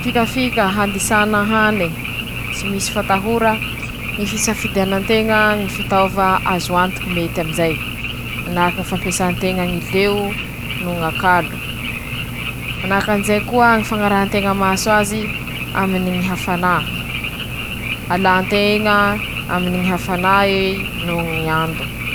Reto aby ñy sakafo mety hahamantsim-bava<ptoa>: -Ñy sakafo mamy mare, -Ñy sakafo be proteiny noho ñy hena, -Ñy fihinanan-tsika tongolo, -Ñy tongolo lay, -Ñy fihinanan-tsika kilim-bazaha, Eo avao koa ñy fihinanan-tsika raha madaodao.